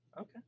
Okay